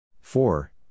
Four